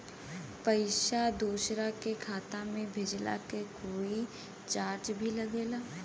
पैसा दोसरा के खाता मे भेजला के कोई चार्ज भी लागेला?